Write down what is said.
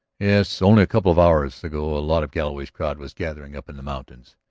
yes. only a couple of hours ago a lot of galloway's crowd was gathering up in the mountains.